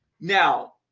now